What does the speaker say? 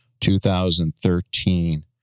2013